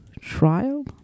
Trial